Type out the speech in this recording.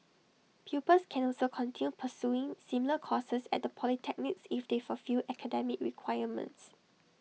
pupils can also continue pursuing similar courses at the polytechnics if they fulfil academic requirements